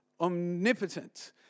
omnipotent